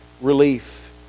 relief